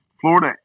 Florida